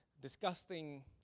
disgusting